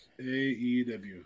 AEW